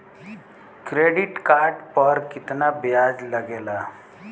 Credit card पर कितना ब्याज लगेला?